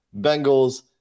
Bengals